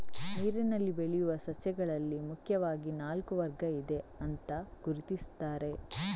ನೀರಿನಲ್ಲಿ ಬೆಳೆಯುವ ಸಸ್ಯಗಳಲ್ಲಿ ಮುಖ್ಯವಾಗಿ ನಾಲ್ಕು ವರ್ಗ ಇದೆ ಅಂತ ಗುರುತಿಸ್ತಾರೆ